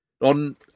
On